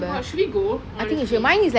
oh my god should we go honestly